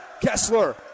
kessler